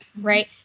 right